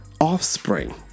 offspring